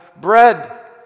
bread